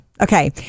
okay